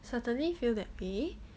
suddenly feel that way